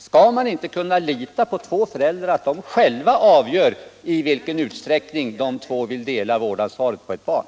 Skall man inte kunna lita på att två föräldrar själva avgör i vilken utsträckning de vill dela vårdansvaret för ett barn?